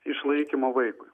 išlaikymo vaikui